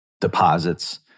deposits